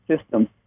system